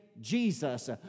Jesus